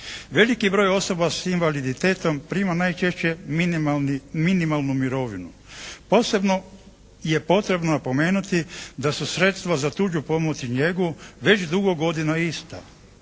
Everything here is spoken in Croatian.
Veliki broj osoba s invaliditetom prima najčešće minimalni, minimalnu mirovinu. Posebno je potrebno napomenuti da su sredstva za tuđu pomoć i njegu već dugo godina ista.